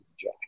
Jack